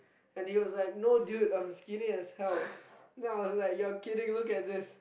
and he was like no dude I'm skinny as hell then I was like you're kidding look at this